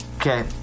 Okay